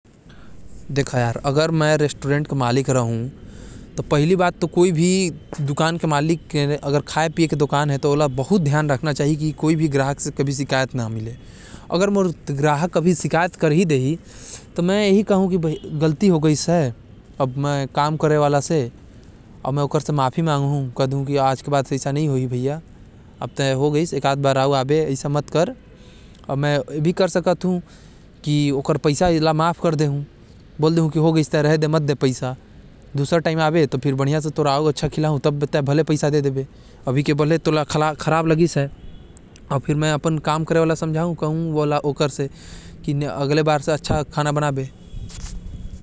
मैं अगर मालिक रहुँ, अउ कोई आके मोके बोलहि की खाना बढ़िया नही है, तो मैं ओकर से माफी माँगहु अउ बोलहु होगईस तै गुस्सा मत कर- अगला बार तोके अउ अच्छा खाना मिलहि। ले तोर पैसा वापस अउ अगली बार तोके जब अउ बढ़िया खाना मिलहि तब तोर से पैसा लेहु।